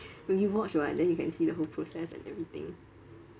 rewatch [what] then you can see the whole process and everything